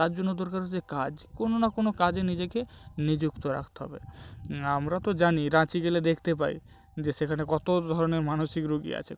তার জন্য দরকার হচ্ছে কাজ কোনো না কোনো কাজে নিজেকে নিযুক্ত রাখতে হবে আমরা তো জানি রাঁচি গেলে দেখতে পাই যে সেখানে কতো ধরনের মানসিক রুগী আছে